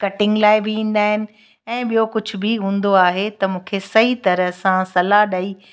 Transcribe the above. cutting लाइ बि ईन्दा आहिनि ऐं ॿियो कुझु बि हूंदो आहे त मूंखे सही तरह सां सलाहु ॾई